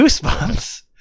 Goosebumps